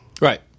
Right